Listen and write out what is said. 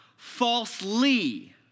Falsely